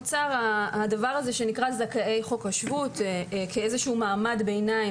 נוצר הדבר הזה שנקרא זכאי חוק השבות כאיזשהו מעמד ביניים,